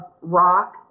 rock